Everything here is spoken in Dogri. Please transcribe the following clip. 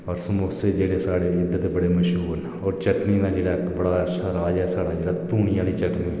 समोसे जेहड़े साढ़े इद्धर बडे मश्हूर न और चटनी बड़ा अच्छी देहीं आह्ली चटनी